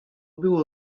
było